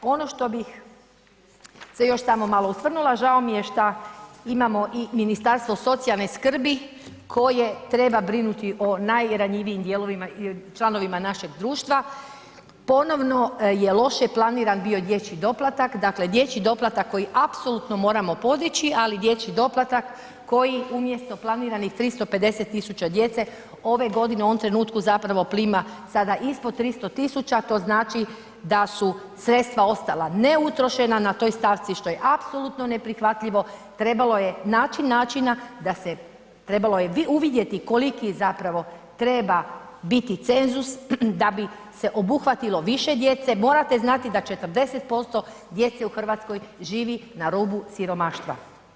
Ono što bih se još samo malo osvrnula, žao mi je šta imamo i Ministarstvo socijalne skrbi koje treba brinuti o najranjivijim dijelovima i članovima našeg društva, ponovno je loše planiran bio dječji doplatak, dakle dječji doplatak koji apsolutno moramo podići ali dječji doplatak koji umjesto planiranih 350 000 djece, ove godine, u ovom trenutku zapravo prima sada ispod 300 000, to znači da su sredstva ostala neutrošena na toj stavci što je apsolutno neprihvatljivo, trebalo je naći način da se, trebalo je uvidjeti koliki zapravo treba biti cenzus da bi se obuhvatilo više djece, morate znati da 40% djece u Hrvatskoj živi na rubu siromaštva.